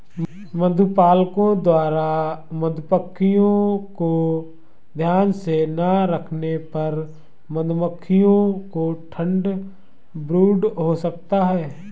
मधुपालकों द्वारा मधुमक्खियों को ध्यान से ना रखने पर मधुमक्खियों को ठंड ब्रूड हो सकता है